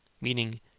Meaning